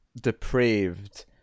depraved